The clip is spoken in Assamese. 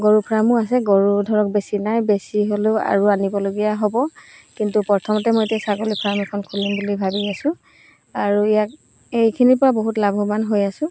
গৰু ফাৰ্মো আছে গৰু ধৰক বেছি নাই বেছি হ'লেও আৰু আনিবলগীয়া হ'ব কিন্তু প্ৰথমতে মই এতিয়া ছাগলী ফাৰ্ম এখন খুলিম বুলি ভাবি আছো আৰু ইয়াক এইখিনিৰপৰা বহুত লাভৱান হৈ আছো